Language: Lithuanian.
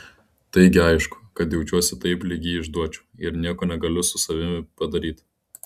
taigi aišku kad jaučiuosi taip lyg jį išduočiau ir nieko negaliu su savimi padaryti